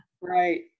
right